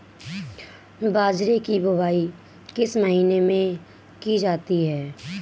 बाजरे की बुवाई किस महीने में की जाती है?